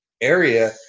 area